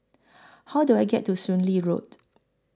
How Do I get to Soon Lee Road